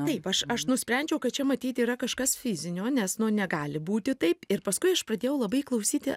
taip aš aš nusprendžiau kad čia matyt yra kažkas fizinio nes nu negali būti taip ir paskui aš pradėjau labai klausyti